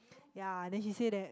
ya then she say that